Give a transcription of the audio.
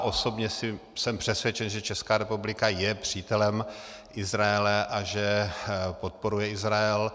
Osobně jsem přesvědčen, že Česká republika je přítelem Izraele a že podporuje Izrael.